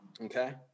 okay